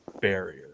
barrier